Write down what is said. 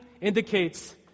indicates